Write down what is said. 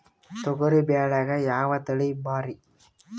ತೊಗರಿ ಬ್ಯಾಳ್ಯಾಗ ಯಾವ ತಳಿ ಭಾರಿ?